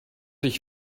ich